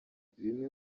bimwe